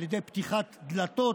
על ידי פתיחת דלתות.